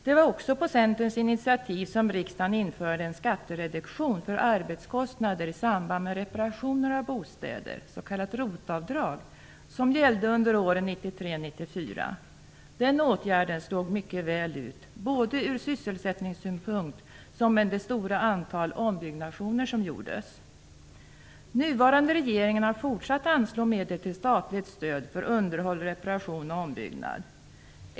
Det var också på Centerns initiativ som riksdagen införde en skattereduktion för arbetskostnader i samband med reparationer av bostäder, s.k. ROT-avdrag, som gällde under åren 1993-1994. Den åtgärden slog mycket väl ut, såväl från sysselsättningssynpunkt som med tanke på det stora antal ombyggnationer som gjordes. Den nuvarande regeringen har fortsatt anslå medel till statligt stöd för underhåll, reparation och ombyggnad.